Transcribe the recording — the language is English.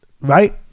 Right